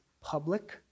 public